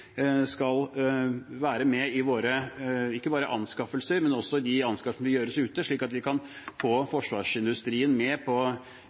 skal være med ikke bare i våre anskaffelser hjemme, men også i de anskaffelser vi gjør ute, slik at vi kan få forsvarsindustrien med på